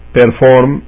perform